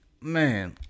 Man